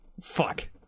fuck